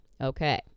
okay